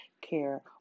care